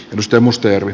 risto mustajärvi